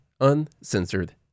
uncensored